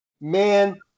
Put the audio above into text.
Man